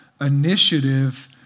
initiative